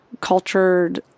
cultured